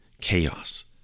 chaos